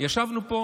ישבנו פה